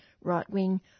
right-wing